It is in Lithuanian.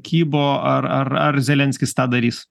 kybo ar ar ar zelenskis tą darys